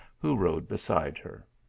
who rode beside her.